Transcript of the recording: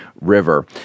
River